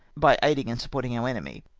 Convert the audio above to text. by aiding and supporting our enemy,